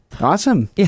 Awesome